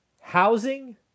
housing